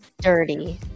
dirty